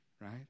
right